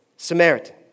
Samaritan